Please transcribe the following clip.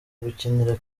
gukinira